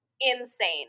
insane